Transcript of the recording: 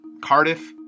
cardiff